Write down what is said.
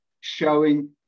showing